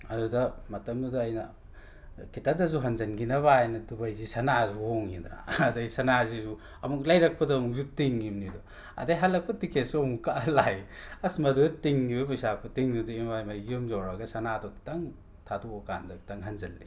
ꯑꯗꯨꯗ ꯃꯇꯝꯗꯨꯗ ꯑꯩꯅ ꯈꯤꯠꯇꯗꯁꯨ ꯍꯟꯖꯤꯟꯈꯤꯅꯕ ꯍꯥꯏꯗꯅ ꯗꯨꯕꯥꯏꯁꯤ ꯁꯅꯥꯁꯤ ꯍꯣꯡꯉꯤꯗꯅ ꯑꯗ ꯑꯩ ꯁꯅꯥꯁꯤꯁꯨ ꯑꯃꯨꯛ ꯂꯩꯔꯛꯄꯗ ꯑꯃꯨꯛꯁꯨ ꯇꯤꯡꯉꯤꯕꯅꯤꯗꯣ ꯑꯗꯒꯤ ꯍꯜꯂꯛꯄ ꯇꯤꯀꯦꯠꯁꯨ ꯑꯃꯨꯛ ꯀꯛꯑ ꯂꯥꯛꯏ ꯑꯁ ꯃꯗꯨꯗ ꯇꯤꯡꯈꯤꯕ ꯄꯩꯁꯥ ꯈꯨꯇꯤꯡꯗꯨꯗꯤ ꯏꯃꯥꯏ ꯃꯥꯏ ꯌꯨꯝ ꯌꯧꯔꯒ ꯁꯅꯥꯗꯣ ꯈꯤꯇꯪ ꯊꯥꯗꯣꯛꯑꯀꯥꯟꯗ ꯈꯤꯇꯪ ꯍꯟꯖꯤꯜꯂꯤ